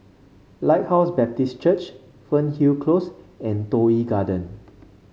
Lighthouse Baptist Church Fernhill Close and Toh Yi Garden